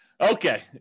okay